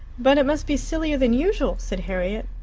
but it must be sillier than usual, said harriet,